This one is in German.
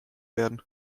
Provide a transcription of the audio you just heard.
werden